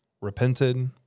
repented